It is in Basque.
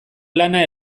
lana